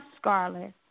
scarlet